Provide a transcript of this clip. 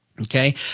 Okay